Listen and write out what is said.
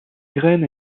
graines